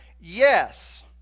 Yes